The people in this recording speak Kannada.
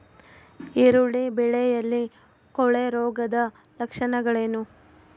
ಈರುಳ್ಳಿ ಬೆಳೆಯಲ್ಲಿ ಕೊಳೆರೋಗದ ಲಕ್ಷಣಗಳೇನು?